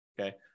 okay